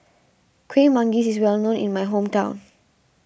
Kuih Manggis is well known in my hometown